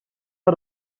got